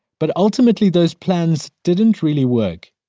but ultimately those plans didn't really work.